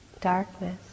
darkness